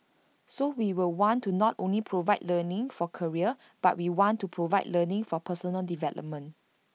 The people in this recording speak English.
so we will want to not only provide learning for career but we want to provide learning for personal development